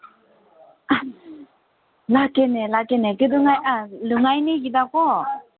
ꯂꯥꯛꯀꯦꯅꯦ ꯂꯥꯛꯀꯦꯅꯦ ꯀꯩꯗꯧꯉꯩ ꯂꯨꯉꯥꯏꯅꯤꯒꯤꯗꯀꯣ